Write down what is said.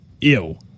ew